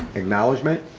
acknowledgement.